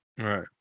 Right